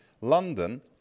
London